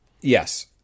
Yes